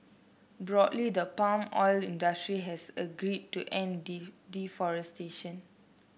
broadly the palm oil industry has agreed to end deforestation